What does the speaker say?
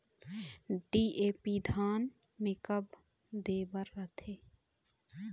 DAP धान मे कब दे बर रथे?